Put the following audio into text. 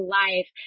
life